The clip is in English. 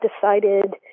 decided